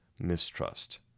mistrust